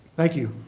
thank you.